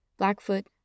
Blackfoot